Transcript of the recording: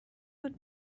بود